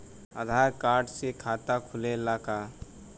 आधार card से खाता खुले ला का?